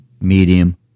medium